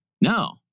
No